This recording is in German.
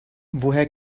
woher